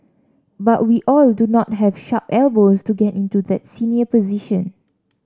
but we all do not have sharp elbows to get into that senior position